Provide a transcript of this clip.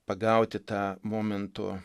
pagauti tą momento